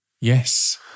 Yes